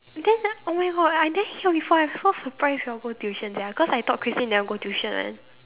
then oh-my-God I never hear before eh I so surprised you all go tuition sia cause I thought Christine never go tuition one